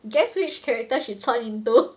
guess which character she 穿 into